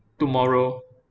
tomorrow